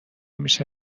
میشه